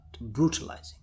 brutalizing